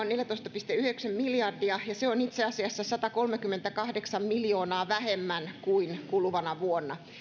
neljätoista pilkku yhdeksän miljardia ja se on itse asiassa satakolmekymmentäkahdeksan miljoonaa vähemmän kuin kuluvana vuonna